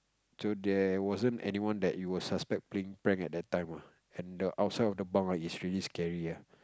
so there wasn't anyone that you will suspect playing prank at that time ah and the outside of the bunk ah is really scary ah